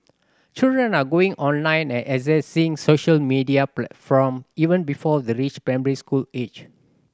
children are going online and accessing social media platform even before they reach primary school age